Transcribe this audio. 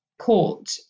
court